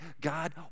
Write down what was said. God